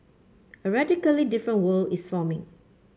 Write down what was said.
a radically different world is forming